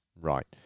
Right